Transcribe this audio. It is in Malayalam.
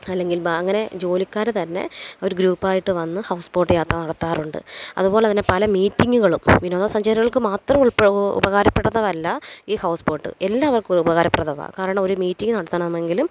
അല്ലെങ്കില് ബാ അങ്ങനെ ജോലിക്കാര് തന്നെ അവര് ഗ്രൂപ്പായിട്ട് വന്ന് ഹൗസ് ബോട്ടില് യാത്ര നടത്താറുണ്ട് അതുപോലെ തന്നെ പല മീറ്റിങ്ങുകളും വിനോദസഞ്ചാരികള്ക്ക് മാത്രം ഉള്പ്പൊ ഉപകാരപ്പെടുന്നതല്ല ഈ ഹൗസ് ബോട്ട് എല്ലാവര്ക്കും ഒരുപകാരപ്രദമാണ് കാരണം ഒരു മീറ്റിങ്ങ് നടത്തണമെങ്കിലും